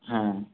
हां